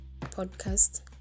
podcast